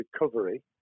recovery